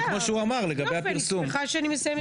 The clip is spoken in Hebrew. אבל אין פה משהו שהמציע אמר שהוא מסכים ואני צריך להתחשב.